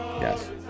Yes